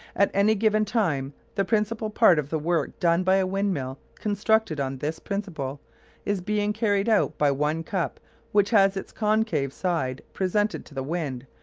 at any given time the principal part of the work done by a windmill constructed on this principle is being carried out by one cup which has its concave side presented to the wind,